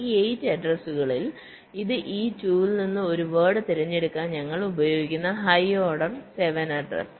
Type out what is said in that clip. ഈ 8 അഡ്രസ്കളിൽ ഇത് ഈ 2 ൽ നിന്ന് ഒരു വേഡ് തിരഞ്ഞെടുക്കാൻ ഞങ്ങൾ ഉപയോഗിക്കുന്ന ഹൈ ഓർഡർ 7 അഡ്രസ്